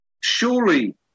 Surely